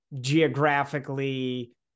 geographically